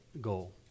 goal